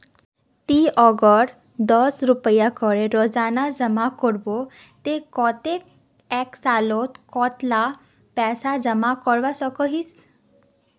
ती अगर दस रुपया करे रोजाना जमा करबो ते कतेक एक सालोत कतेला पैसा जमा करवा सकोहिस?